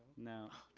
no.